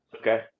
Okay